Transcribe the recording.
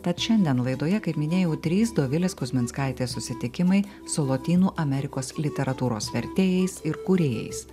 tad šiandien laidoje kaip minėjau trys dovilės kuzminskaitės susitikimai su lotynų amerikos literatūros vertėjais ir kūrėjais